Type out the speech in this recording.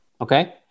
Okay